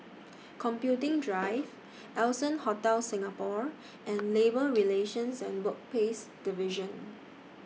Computing Drive Allson Hotel Singapore and Labour Relations and Workplaces Division